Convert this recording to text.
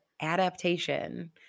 adaptation